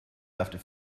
after